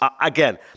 Again